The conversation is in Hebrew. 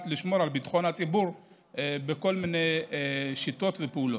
לשמור על ביטחון הציבור בכל מיני שיטות ופעולות.